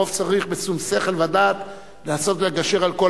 הרוב צריך בשום שכל ודעת לנסות לגשר על כל